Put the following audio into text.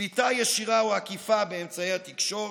שליטה ישירה או עקיפה באמצעי התקשורת,